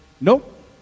nope